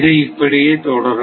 இது இப்படியே தொடரும்